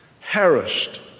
harassed